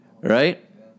right